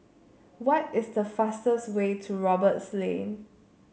what is the fastest way to Roberts Lane